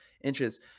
inches